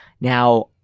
Now